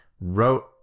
wrote